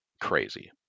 crazy